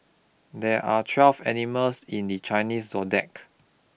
there are twelve animals in the Chinese zodiac